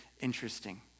interesting